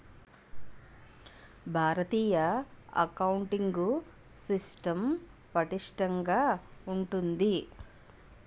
భారతీయ accounting system పటిష్టంగా ఉంటుంది